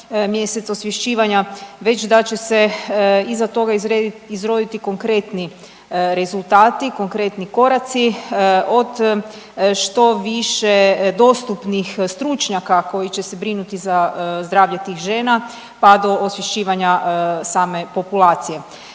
mjesec osvješćivanja već da će se iza toga izroditi konkretni rezultati, konkretni koraci od što više dostupnih stručnjaka koji će se brinuti za zdravlje tih žena, pa do osvješćivanja same populacije.